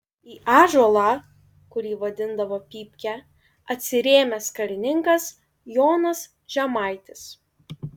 į ąžuolą kurį vadindavo pypke atsirėmęs karininkas jonas žemaitis